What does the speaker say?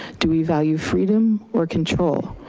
do we value freedom or control?